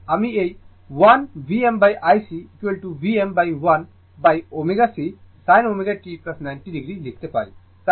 অতএব আমি এই 1 VmIC Vm1ω C sin ω t 90o লিখতে পারি